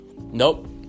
Nope